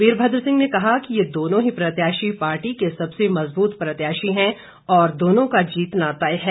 वीरभद्र सिंह ने कहा कि ये दोनों ही प्रत्याशी पार्टी के सबसे मजबूत प्रत्याशी हैं और दोनों का जीतना तय है